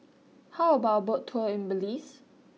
how about boat tour in Belize